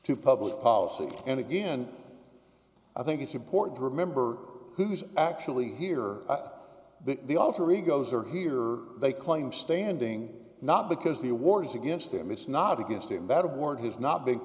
to public policy and again i think it's important to remember who's actually here at the alter egos are here they claim standing not because the wars against them it's not against a better word is not big